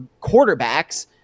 quarterbacks